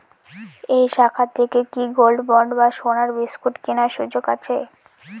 এই শাখা থেকে কি গোল্ডবন্ড বা সোনার বিসকুট কেনার সুযোগ আছে?